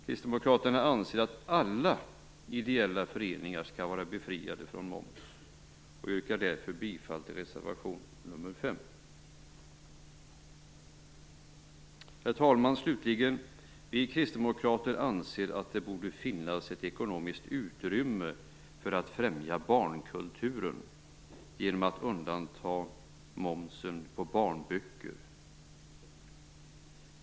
Kristdemokraterna anser att alla ideella föreningar skall vara befriade från moms och yrkar därför bifall till reservation nr 5. Vi kristdemokrater anser slutligen att det borde finnas ett ekonomiskt utrymme för att främja barnkulturen genom att undanta barnböcker från momsen.